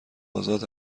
آزاد